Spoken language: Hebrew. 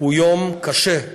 הוא יום קשה.